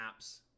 apps